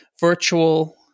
virtual